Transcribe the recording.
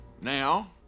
Now